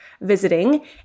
visiting